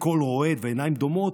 בקול רועד ובעיניים דומעות,